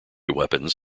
weapons